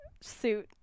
suit